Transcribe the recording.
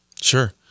Sure